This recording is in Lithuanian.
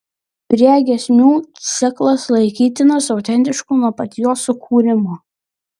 priegiesmių ciklas laikytinas autentišku nuo pat jo sukūrimo